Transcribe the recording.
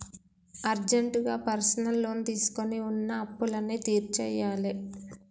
అర్జెంటుగా personal loan తీసుకొని వున్న అప్పులన్నీ తీర్చేయ్యాలే